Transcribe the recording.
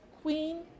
Queen